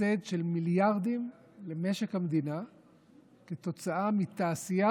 הפסד של מיליארדים למשק המדינה כתוצאה מתעשייה